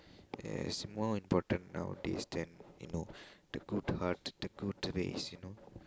yes it's more important nowadays than you know the good heart the good ways you know